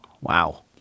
Wow